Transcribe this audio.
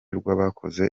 rw’abakoze